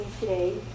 today